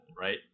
right